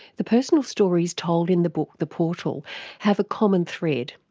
the personal stories told in the book the portal have a common thread.